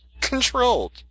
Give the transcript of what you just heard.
controlled